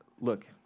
look